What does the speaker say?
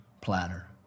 platter